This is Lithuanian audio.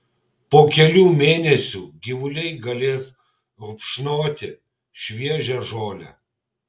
po kelių mėnesių gyvuliai galės rupšnoti šviežią žolę